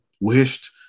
wished